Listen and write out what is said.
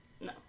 No